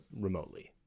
remotely